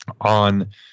on